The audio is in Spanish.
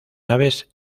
naves